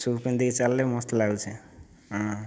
ସୁ' ପିନ୍ଧିକି ଚାଲିଲେ ମସ୍ତ ଲାଗୁଛି ହଁ